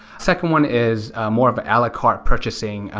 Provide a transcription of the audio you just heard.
second one is more of ala carte purchasing.